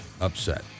upset